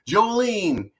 Jolene